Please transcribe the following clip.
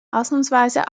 ausnahmsweise